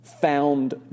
found